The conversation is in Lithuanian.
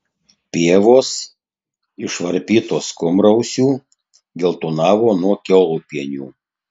pievos išvarpytos kurmrausių geltonavo nuo kiaulpienių